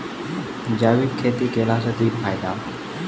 जैविक खेती केला सऽ की फायदा?